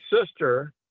sister